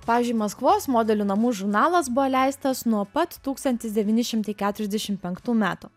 pavyzdžiui maskvos modelių namų žurnalas buvo leistas nuo pat tūkstantis devyni šimtai keturiasdešimt penktų metų